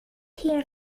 here